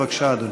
בבקשה, אדוני.